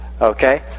okay